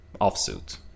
offsuit